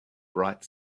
bright